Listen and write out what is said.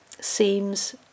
seems